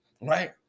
right